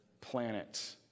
planet